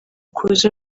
kuza